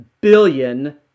billion